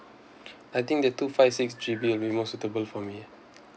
I think the two five six G_B will be more suitable for me